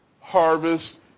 harvest